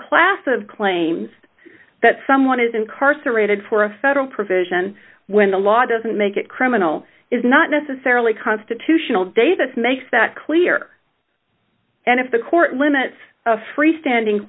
class of claims that someone is incarcerated for a federal provision when the law doesn't make it criminal is not necessarily constitutional davis makes that clear and if the court limits freestanding